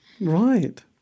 right